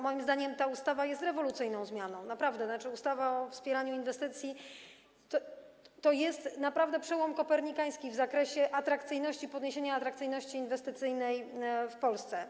Moim zdaniem ta ustawa jest rewolucyjną zmianą, naprawdę, tzn. ustawa o wspieraniu inwestycji to jest naprawdę przełom kopernikański w zakresie podniesienia atrakcyjności inwestycyjnej w Polsce.